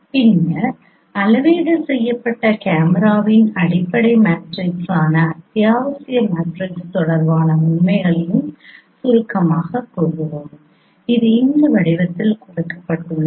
பின்னர் அளவீடு செய்யப்பட்ட கேமராவின் அடிப்படை மேட்ரிக்ஸான அத்தியாவசிய மேட்ரிக்ஸ் தொடர்பான உண்மைகளையும் சுருக்கமாகக் கூறுவோம் இது இந்த வடிவத்தில் கொடுக்கப்பட்டுள்ளது